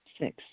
Six